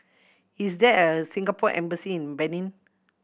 is there a Singapore Embassy in Benin